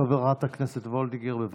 חברת הכנסת וולדיגר, בבקשה.